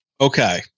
Okay